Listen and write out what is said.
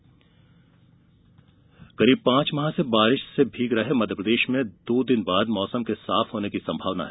मौसम करीब पांच माह से बारिश से भीग रहे मध्यप्रदेश में दो दिन बाद मौसम के साफ होने की संभावना है